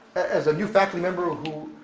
as a new faculty member who,